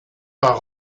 par